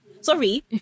Sorry